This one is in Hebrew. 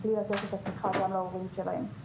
בלי לתת את התמיכה גם להורים שלהם,